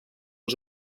als